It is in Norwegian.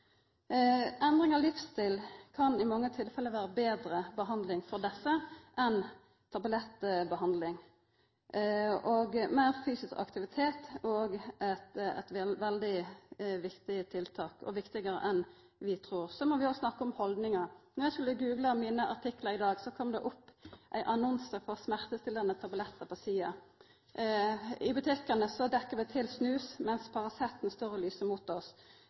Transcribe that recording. Endring av livsstil kan i mange tilfelle vera betre behandling for desse enn tablettbehandling. Meir fysisk aktivitet er òg eit veldig viktig tiltak – og viktigare enn vi trur. Vi må også snakke om haldningar. Då eg skulle google mine artiklar i dag, kom det opp ein annonse for smertestillande tablettar på Internett-sida. I butikkane dekkjer vi til snus, medan Paraceten står og lyser mot oss.